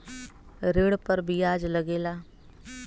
ऋण पर बियाज लगेला